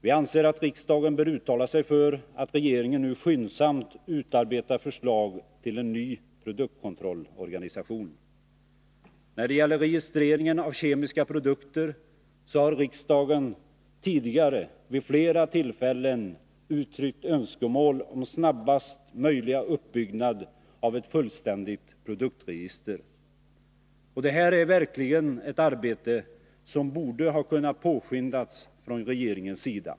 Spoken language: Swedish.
Vi anser att riksdagen bör uttala sig för att regeringen nu skyndsamt utarbetar förslag till en ny produktkontrollorganisation. När det gäller registreringen av kemiska produkter har riksdagen tidigare vid flera tillfällen uttryckt önskemål om snabbast möjliga uppbyggnad av ett fullständigt produktregister. Det här är verkligen ett arbete som borde ha kunnat påskyndas ifrån regeringens sida.